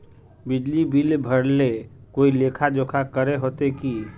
बिजली बिल भरे ले कोई लेखा जोखा करे होते की?